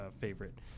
favorite